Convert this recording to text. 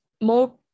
more